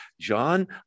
John